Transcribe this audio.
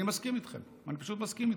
אני מסכים איתכם, אני פשוט מסכים איתכם.